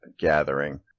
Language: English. gathering